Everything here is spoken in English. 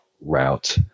route